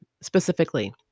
specifically